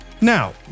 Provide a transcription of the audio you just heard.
now